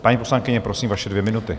Paní poslankyně, prosím, vaše dvě minuty.